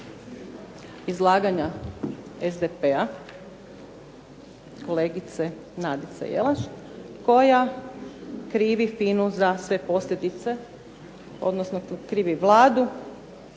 izlaganja SDP-a kolegice Nadice Jelaš koja krivi FINA-u za sve posljedice, odnosno krivi Vladu